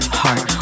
heart